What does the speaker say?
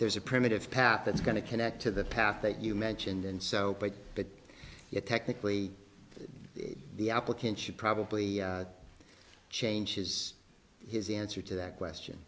there's a primitive path that's going to connect to the path that you mentioned and so that it technically the applicant should probably change his his answer to that question